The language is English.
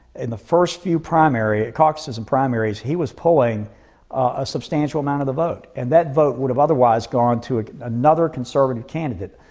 in the first few caucuses and primaries, he was pulling a substantial amount of the vote, and that vote would have otherwise gone to another conservative candidate,